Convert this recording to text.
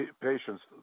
patients